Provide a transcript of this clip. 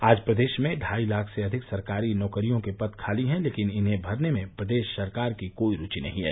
आज प्रदेश में ढाई लाख से अधिक सरकारी नौकरियों के पद खाली हैं लेकिन इन्हें भरने में प्रदेश सरकार की काई रूचि नही है